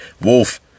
Wolf